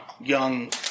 young